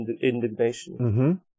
indignation